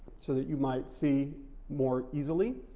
so that you might see more easily